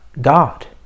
God